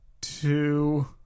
two